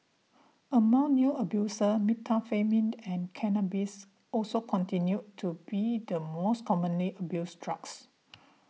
among new abusers methamphetamine and cannabis also continued to be the most commonly abused drugs